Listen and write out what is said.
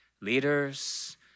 Leaders